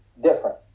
different